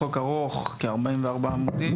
זהו חוק ארוך; כ-44 עמודים.